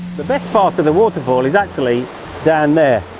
the best part of the waterfall is actually down there,